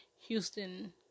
Houston